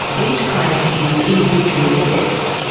each claim is individually assessed.